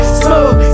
smooth